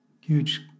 huge